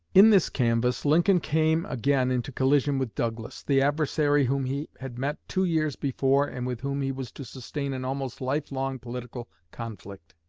in this canvass lincoln came again into collision with douglas, the adversary whom he had met two years before and with whom he was to sustain an almost life-long political conflict.